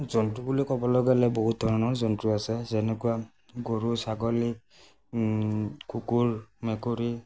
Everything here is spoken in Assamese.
জন্তু বুলি ক'বলৈ গ'লে বহুত ধৰণৰ জন্তু আছে যেনেকুৱা গৰু ছাগলী কুকুৰ মেকুৰী